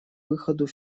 выходу